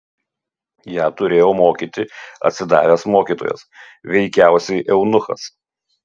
ją turėjo mokyti atsidavęs mokytojas veikiausiai eunuchas